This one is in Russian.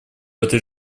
этой